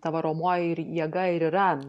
ta varomoji ir jėga ir yra